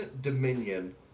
Dominion